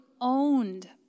owned